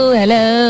hello